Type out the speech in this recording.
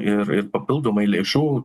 ir ir papildomai lėšų